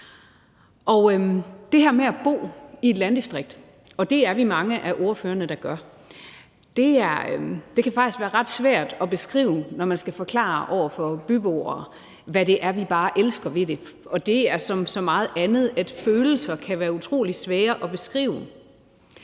det her med at bo i et landdistrikt, og det er vi mange af ordførerne der gør, kan faktisk være ret svært at beskrive, når man skal forklare byboere, hvad det er, vi bare elsker ved det. Og det er som med så meget andet, nemlig at følelser kan være utrolig svære at beskrive.